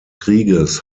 krieges